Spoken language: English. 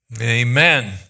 Amen